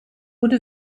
would